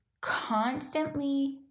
constantly